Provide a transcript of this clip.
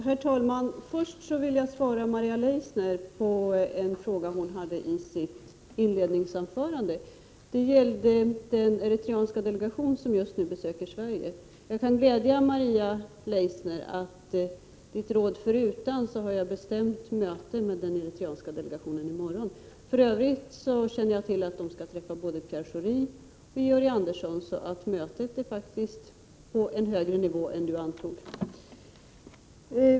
Herr talman! Först vill jag svara på en fråga som Maria Leissner ställde i sitt inledningsanförande. Det gällde den eritreanska delegation som just nu besöker Sverige. Jag kan glädja Maria Leissner med att jag, hennes råd förutan, har stämt möte med den eritrranska delegationen i morgon. För övrigt känner jag till att de skall träffa både Pierre Schori och Georg Andersson, så mötet hålls faktiskt på en högre nivå än Maria Leissner antog.